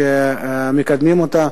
שמקדמים אותה,